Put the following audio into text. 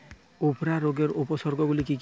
উফরা রোগের উপসর্গগুলি কি কি?